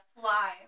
fly